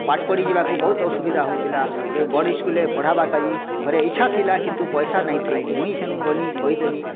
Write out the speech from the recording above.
ପାଠ ପଢ଼ିବାକୁ ବହୁତ ଅସୁବିଧା ହଉଥିଲା ସେ ବୋର୍ଡ଼ିଙ୍ଗ ସ୍କୁଲରେ ପଢ଼େଇବା ଲାଗି ଘରେ ଇଛା ଥିଲା କିନ୍ତୁ ପଇସା ନାଇଁ ଥାଇ ମୁଇଁ ସେନୁ ଗନି କହିଦେନି